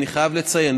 אני חייב לציין,